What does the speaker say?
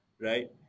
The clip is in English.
right